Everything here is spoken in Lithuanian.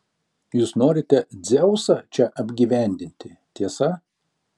jūs norite dzeusą čia apgyvendinti tiesa